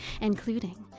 including